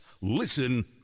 listen